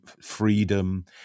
freedom